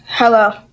Hello